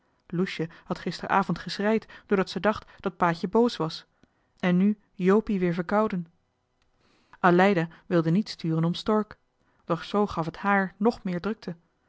loesje had gisteravond geschreid doordat ze dacht dat paatje boos was en nu jopie weer verkouden aleida wilde niet sturen om stork doch zoo gaf het hààr ng meer drukte